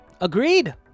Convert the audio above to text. Agreed